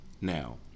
now